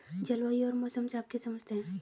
जलवायु और मौसम से आप क्या समझते हैं?